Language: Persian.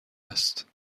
است